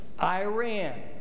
Iran